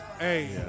Hey